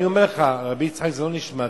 אני אומר לך, רבי יצחק, זה לא נשמע טוב.